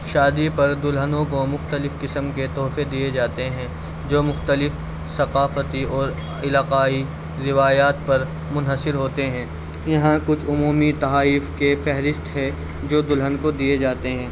شادی پر دلہنوں کو مختلف قسم کے تحفے دیے جاتے ہیں جو مختلف ثقافتی اور علاقائی روایات پر منحصر ہوتے ہیں یہاں کچھ عمومی تحائف کے فہرست ہے جو دلہن کو دیے جاتے ہیں